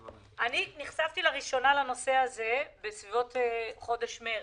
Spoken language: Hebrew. נחשפתי לראשונה לנושא הזה בחודש מרץ.